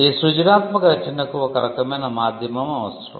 ఈ సృజనాత్మక రచనకు ఒక రకమైన మాధ్యమం అవసరం